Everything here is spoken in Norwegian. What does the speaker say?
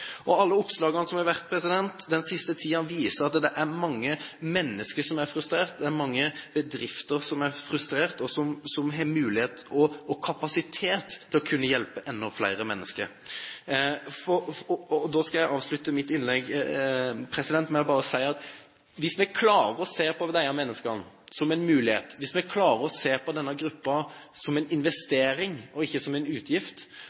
Alle oppslagene som har vært i den siste tiden, viser at det er mange mennesker som er frustrerte. Det er mange bedrifter som er frustrerte fordi de har mulighet og kapasitet til å kunne hjelpe enda flere mennesker. Jeg skal avslutte mitt innlegg med å si at hvis vi klarer å se på disse menneskene som en mulighet, hvis vi klarer å se på denne gruppen som en investering og ikke som en utgift,